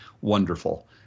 wonderful